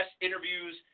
interviews